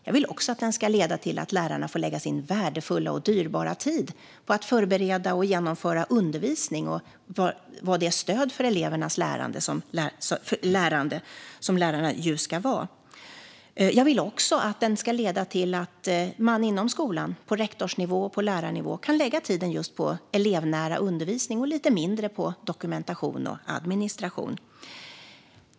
Jag vill också att den ska leda till att lärarna får lägga sin värdefulla och dyrbara tid på att förbereda och genomföra undervisning och vara det stöd för elevernas lärande som ju lärarna ska vara. Jag vill också att den ska leda till att man inom skolan på rektors och lärarnivå kan lägga tiden just på elevnära undervisning och lite mindre på dokumentation och administration.